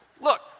Look